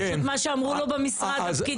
זה פשוט מה שאמרו לו במשרד הפקידים.